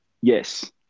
Yes